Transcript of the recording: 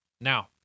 Now